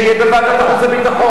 שנגד, שיהיה בוועדת חוץ וביטחון.